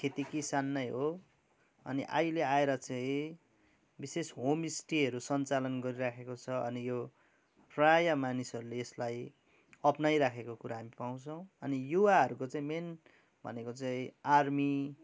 खेती किसान नै हो अनि अहिले आएर चाहिँ विशेष होमस्टेहरू सञ्चालन गरिराखेको छ अनि यो प्रायः मानिसहरूले यसलाई अप्नाई राखेको कुरा हामी पाउँछौँ अनि युवाहरूको चैँ मेन भनेको चाहिँ आर्मी